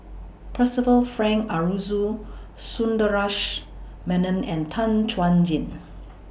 Percival Frank Aroozoo Sundaresh Menon and Tan Chuan Jin